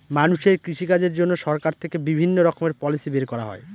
মানুষের কৃষিকাজের জন্য সরকার থেকে বিভিণ্ণ রকমের পলিসি বের করা হয়